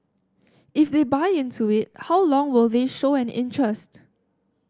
if they buy into it how long will they show an interest